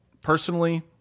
personally